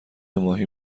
ماهی